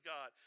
God